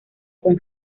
con